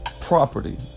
property